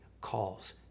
calls